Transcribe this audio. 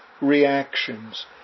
reactions